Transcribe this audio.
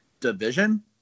division